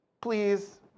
please